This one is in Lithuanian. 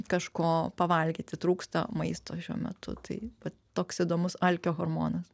kažko pavalgyti trūksta maisto šiuo metu tai vat toks įdomus alkio hormona